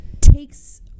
takes